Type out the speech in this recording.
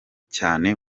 cyane